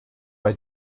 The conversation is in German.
bei